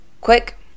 quick